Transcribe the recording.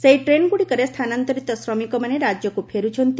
ସେହି ଟ୍ରେନ୍ଗୁଡ଼ିକରେ ସ୍ଥାନାନ୍ତରିତ ଶ୍ରମିକମାନେ ରାଜ୍ୟକୁ ଫେରୁଛନ୍ତି